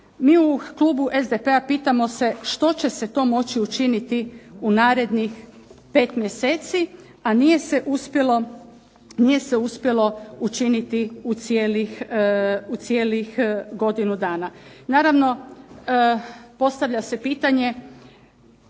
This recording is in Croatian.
Mi u klubu SDP-a pitamo se što će se to moći učiniti u narednih 5 mjeseci, a nije se uspjelo učiniti u cijelih godinu dana? Naravno, postavlja se pitanje